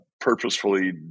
purposefully